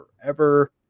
Forever